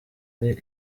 ari